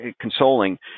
consoling